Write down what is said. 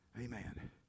Amen